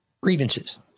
grievances